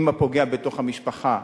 אם הפוגע בתוך המשפחה,